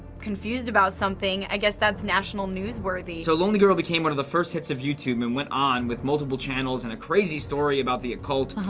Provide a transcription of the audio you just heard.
confused about something, i guess that's national newsworthy. so lonelygirl became one of the first hits of youtube and went on with multiple channels and a crazy story about the occult.